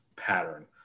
pattern